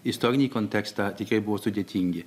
istorinį kontekstą tikrai buvo sudėtingi